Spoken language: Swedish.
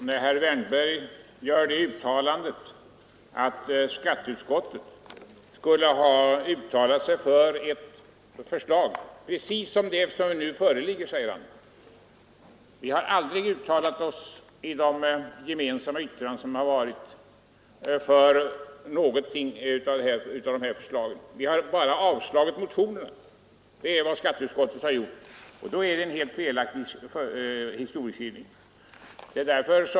Fru talman! Herr Wärnberg säger att skatteutskottet tidigare skulle ha uttalat sig för ett förslag precis sådant som det nu föreliggande. Men vi har i de gemensamma yttranden som förekommit aldrig uttalat oss för någonting sådant — vi har bara avstyrkt motionerna. Det är vad skatteutskottet har gjort, och då är herr Wärnbergs historieskrivning helt felaktig.